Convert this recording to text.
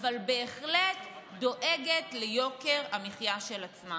אבל בהחלט דואגת ליוקר המחיה של עצמה.